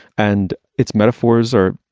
and its metaphors are